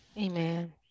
Amen